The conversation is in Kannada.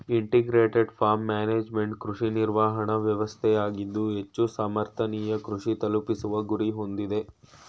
ಇಂಟಿಗ್ರೇಟೆಡ್ ಫಾರ್ಮ್ ಮ್ಯಾನೇಜ್ಮೆಂಟ್ ಕೃಷಿ ನಿರ್ವಹಣಾ ವ್ಯವಸ್ಥೆಯಾಗಿದ್ದು ಹೆಚ್ಚು ಸಮರ್ಥನೀಯ ಕೃಷಿ ತಲುಪಿಸುವ ಗುರಿ ಹೊಂದಿದೆ